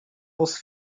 was